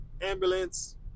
ambulance